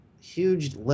huge